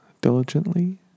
diligently